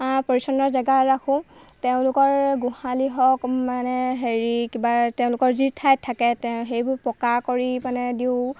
পৰিচ্ছন্ন জেগাত ৰাখোঁ তেওঁলোকৰ গোহালি হওক মানে হেৰি কিবা তেওঁলোকৰ যি ঠাইত থাকে সেইবোৰ পকা কৰি মানে দিওঁ